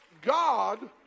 God